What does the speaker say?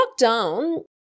lockdown